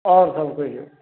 आओर सभ कहियौ